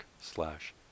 slash